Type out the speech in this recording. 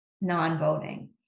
non-voting